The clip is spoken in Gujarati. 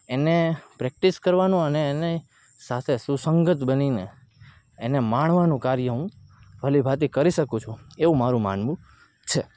એને પ્રેક્ટિસ કરવાનું અને એને સાથે સુસંગત બનીને એને માણવાનું કાર્ય હું ભલીભાંતિ કરી શકું છું એવું મારું માનવું છે